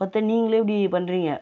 பார்த்தா நீங்களே இப்படி பண்ணுறீங்க